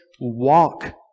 Walk